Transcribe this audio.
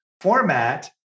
format